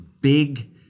big